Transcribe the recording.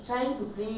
money